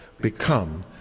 become